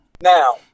Now